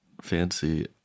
fancy